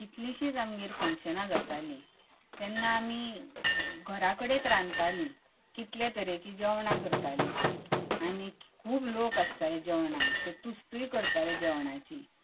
कितलीशींच आमगेर फंक्शनां जातालीं तेन्ना आमी घरा कडेत रांदतालीं कितले तरेचीं जेवणां करतालीं आनी खूब लोक आसताले जेवणाक ते तुस्तुय करताले जेवणाची